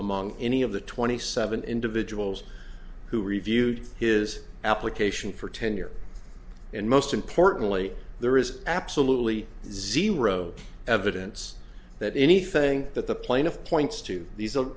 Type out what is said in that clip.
among any of the twenty seven individuals who reviewed his application for tenure and most importantly there is absolutely zero evidence that anything that the plaintiff points to these